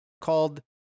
called